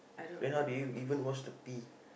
then how do you even wash the pee